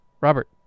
Robert